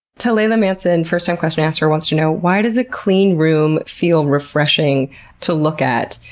talela manson, first-time question-asker, wants to know why does a clean room feel refreshing to look at?